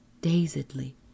dazedly